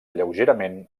lleugerament